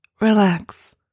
relax